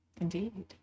Indeed